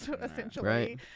essentially